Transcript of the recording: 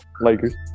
Lakers